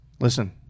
Listen